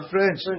French